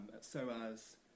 SOAS